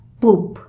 poop